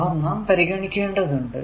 അവ നാം പരിഗണിക്കേണ്ടതുണ്ട്